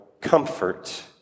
comfort